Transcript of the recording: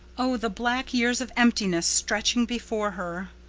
oh, the black years of emptiness stretching before her!